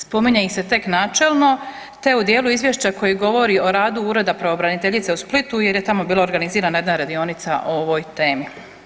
Spominje ih se tek načelno, te u dijelu izvješća koje govori o radu Ureda pravobraniteljice u Splitu jer je tamo bila organizirana jedna radionica o ovoj temi.